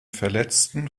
verletzten